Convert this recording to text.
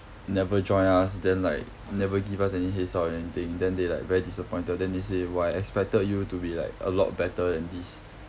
never join us then like never give us any heads up or anything then they like very disappointed then they say !wah! I expected you to be like a lot better than this